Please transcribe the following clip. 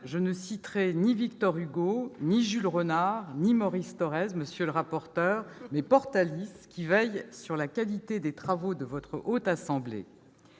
je ne citerai ni Victor Hugo, ni Jules Renard, ni Maurice Thorez, monsieur le rapporteur, mais Portalis, qui veille sur la qualité des travaux de la Haute Assemblée